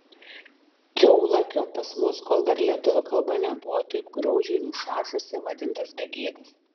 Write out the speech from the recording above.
kiaulakiu pas mus kol dar lietuvių kalba nebuvo taip graudžiai nušašusi vadintas begėdis